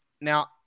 Now